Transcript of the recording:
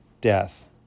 death